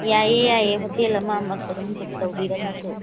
ꯌꯥꯏꯌꯦ ꯌꯥꯏꯌꯦ ꯍꯣꯇꯦꯜ ꯑꯃ ꯑꯗꯨꯝ ꯕꯨꯛ ꯇꯧꯕꯤꯔꯝꯃꯁꯨ